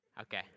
Okay